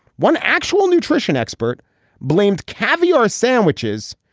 one actual nutrition expert blames caviar sandwiches.